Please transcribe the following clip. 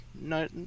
no